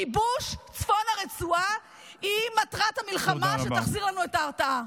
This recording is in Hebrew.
כיבוש צפון הרצועה הוא מטרת המלחמה שתחזיר לנו את ההרתעה.